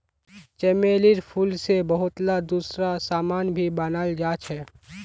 चमेलीर फूल से बहुतला दूसरा समान भी बनाल जा छे